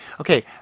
Okay